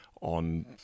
on